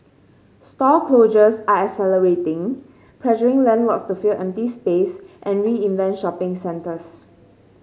store closures are accelerating pressuring landlords to fill empty space and reinvent shopping centres